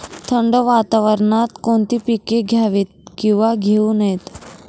थंड वातावरणात कोणती पिके घ्यावीत? किंवा घेऊ नयेत?